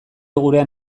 gurean